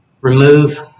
remove